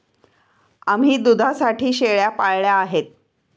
आम्ही दुधासाठी शेळ्या पाळल्या आहेत